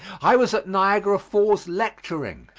i was at niagara falls lecturing,